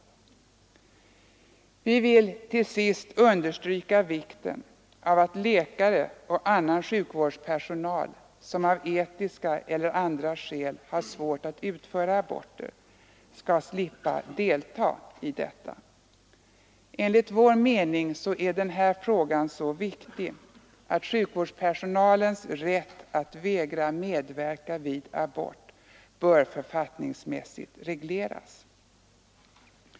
Jag vill starkt understryka vikten av att läkare och annan sjukvårdspersonal, som av etiska eller andra skäl har svårt att utföra aborter, skall slippa delta i sådana. Enligt vår mening är denna fråga så viktig att sjukvårdspersonals rätt att vägra medverka vid abort bör författningsmässigt regleras.